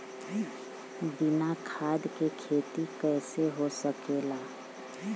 बिना खाद के खेती कइसे हो सकेला?